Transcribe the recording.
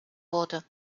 wurde